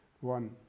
One